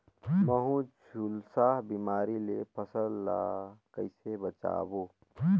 महू, झुलसा बिमारी ले फसल ल कइसे बचाबो?